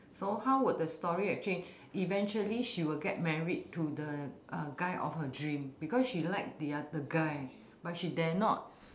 so how would the story have changed eventually she will get married to the uh guy of her dream because she like the other guy but she dare not